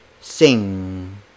sing